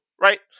Right